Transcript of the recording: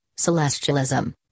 Celestialism